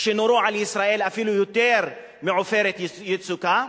שנורו על ישראל גדולה אפילו יותר מב"עופרת יצוקה"